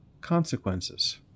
consequences